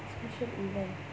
special event